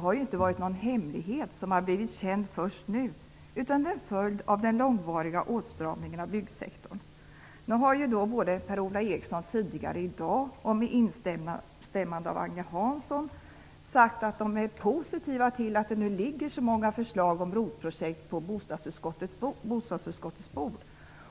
har ju inte varit någon hemlighet som blivit känd först nu, utan är en följd av den långvariga åtstramningen av byggsektorn. Per-Ola Eriksson har tidigare i dag, med instämmande av Agne Hansson, sagt att man är positiv till att det ligger så många förslag om ROT-projekt på bostadsutskottets bord.